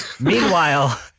Meanwhile